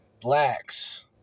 blacks